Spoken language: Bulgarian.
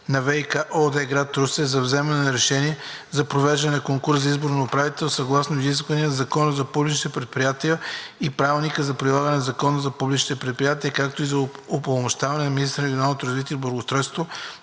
на „ВиК“ ООД – град Русе, за вземане на решение за провеждане на конкурс за избор на управител съгласно изискванията на Закона за публичните предприятия и Правилника за прилагане на Закона за публичните предприятия, както и за упълномощаване на министъра на регионалното развитие и благоустройството